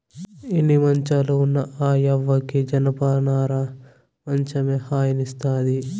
ఎన్ని మంచాలు ఉన్న ఆ యవ్వకి జనపనార మంచమే హాయినిస్తాది